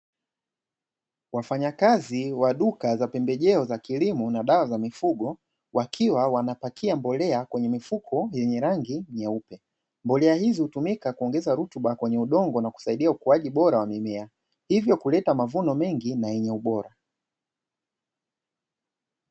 Wafanyakazi wa duka za pembejeo za kilimo na dawa za mifugo wakiwa wanapakia mbolea kwenye mifuko yenye rangi nyeupe. Mbolea hizo hutumika kuongeza rutuba kwenye udongo na kusaidia ukuaji bora wa mimea, hivyo kuleta mavuno mengi na yenye ubora.